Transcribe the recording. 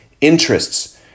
interests